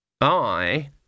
I